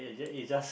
ya it's just